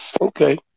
Okay